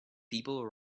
people